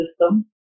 system